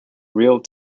real